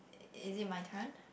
is it my turn